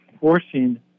forcing